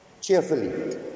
cheerfully